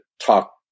talk